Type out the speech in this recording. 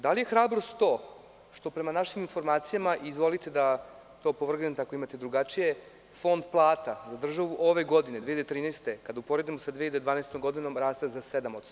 Da li je hrabrost to, što prema našim informacijama, izvolite da to opovrgnem ako imate drugačije, fond plata za državu ove godine 2013. kada uporedimo sa 2012. godinom raste za 7%